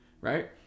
right